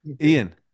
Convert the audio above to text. Ian